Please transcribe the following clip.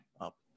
up